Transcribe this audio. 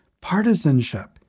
partisanship